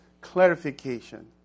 clarification